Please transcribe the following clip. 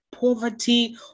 poverty